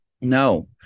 No